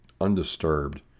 undisturbed